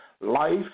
life